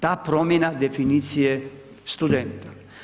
Ta promjena definicije studenta.